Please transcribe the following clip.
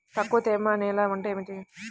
తక్కువ తేమ నేల అంటే ఏమిటి?